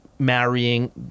Marrying